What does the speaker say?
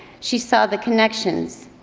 she saw the connections,